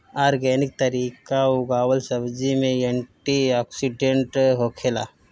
organic तरीका उगावल सब्जी में एंटी ओक्सिडेंट होखेला